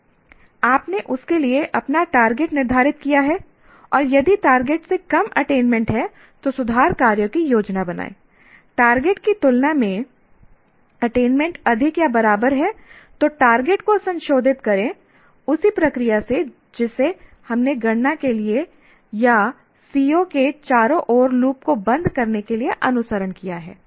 आपने उसके लिए अपना टारगेट निर्धारित किया है और यदि टारगेट से कम अटेनमेंट है तो सुधार कार्यों की योजना बनाएं टारगेट की तुलना में अटेनमेंट अधिक या बराबर है तो टारगेट को संशोधित करें उसी प्रक्रिया से जिसे हमने गणना के लिए या CO के चारों ओर लूप को बंद करने के लिए अनुसरण किया है